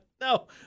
No